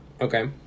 Okay